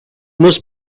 most